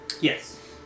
Yes